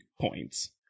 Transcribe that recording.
Points